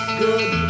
good